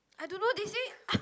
I don't know they say